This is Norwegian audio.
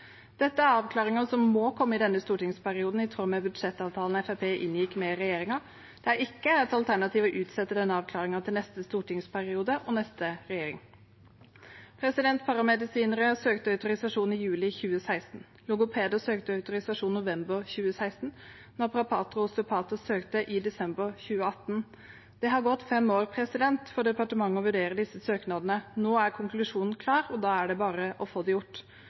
Dette er avklaringer som må komme i denne stortingsperioden, i tråd med budsjettavtalen Fremskrittspartiet inngikk med regjeringen. Det er ikke et alternativ å utsette denne avklaringen til neste stortingsperiode og neste regjering. Paramedisinere søkte autorisasjon i juli 2016. Logopeder søkte autorisasjon i november 2016. Naprapater og osteopater søkte i desember 2018. Det har tatt departementet fem år å vurdere disse søknadene. Nå er konklusjonen klar, og da er det bare å få det gjort.